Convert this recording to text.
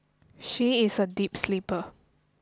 she is a deep sleeper